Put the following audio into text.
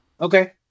Okay